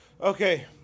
Okay